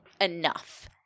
enough